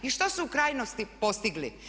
I što su u krajnosti postigli?